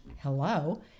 hello